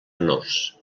menors